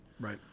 right